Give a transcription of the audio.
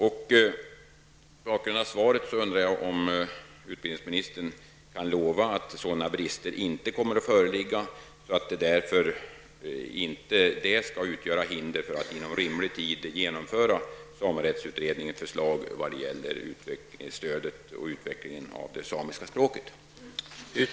Mot bakgrund av svaret undrar jag om utbildningsministern kan lova att sådana brister inte kommer att föreligga och att de alltså inte skall utgöra hinder att inom rimlig tid genomföra samerättsutredningens förslag när det gäller stöd till och utveckling av det samiska språket.